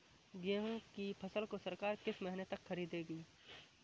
गेहूँ की फसल को सरकार किस महीने तक खरीदेगी?